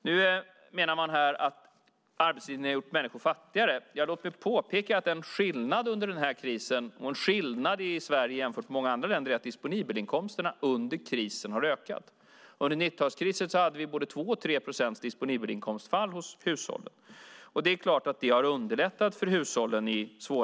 Nu menar man här att arbetslinjen har gjort människor fattigare. Låt mig påpeka att en skillnad under den här krisen och en skillnad i Sverige jämfört med många andra länder är att de disponibla inkomsterna har ökat under krisen. Det är klart att det har underlättat för hushållen i svåra tider. Under 90-talskrisen hade vi både 2 och 3 procents fall i de disponibla inkomsterna för hushållen.